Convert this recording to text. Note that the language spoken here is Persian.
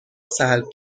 سلب